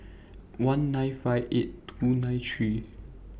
one nine five eight two nine three